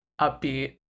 upbeat